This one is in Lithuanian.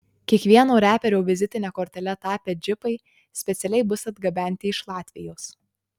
kiekvieno reperio vizitine kortele tapę džipai specialiai bus atgabenti iš latvijos